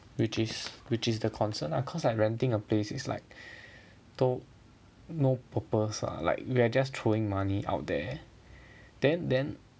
which is which is the concern lah cause like renting a place is like no no purpose lah like we're just throwing money out there then then